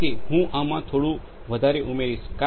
તેથી હું આમાં થોડું વધારે ઉમેરીશ